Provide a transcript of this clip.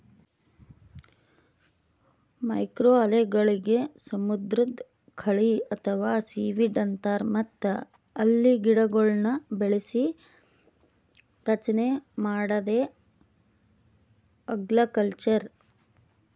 ಮೈಕ್ರೋಅಲ್ಗೆಗಳಿಗ್ ಸಮುದ್ರದ್ ಕಳಿ ಅಥವಾ ಸೀವೀಡ್ ಅಂತಾರ್ ಮತ್ತ್ ಅಲ್ಗೆಗಿಡಗೊಳ್ನ್ ಬೆಳಸಿ ರಚನೆ ಮಾಡದೇ ಅಲ್ಗಕಲ್ಚರ್